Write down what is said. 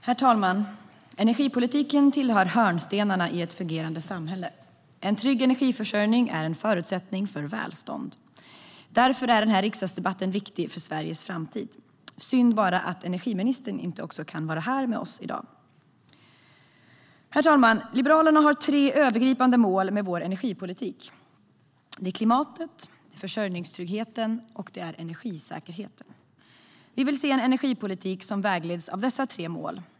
Herr talman! Energipolitiken tillhör hörnstenarna i ett fungerande samhälle. En trygg energiförsörjning är en förutsättning för välstånd. Därför är denna riksdagsdebatt viktig för Sveriges framtid. Det är bara synd att energiministern inte kan vara här med oss i dag. Herr talman! Vi i Liberalerna har tre övergripande mål för vår energipolitik. Det är klimatet, försörjningstryggheten och energisäkerheten. Vi vill se en energipolitik som vägleds av dessa tre mål.